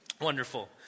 Wonderful